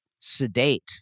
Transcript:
sedate